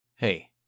hey